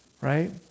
Right